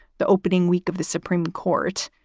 the opening week of the supreme court.